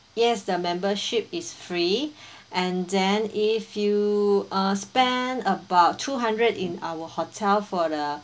yes the membership is free and then if you uh spend about two hundred in our hotel for the